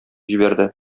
җибәрде